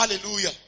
Hallelujah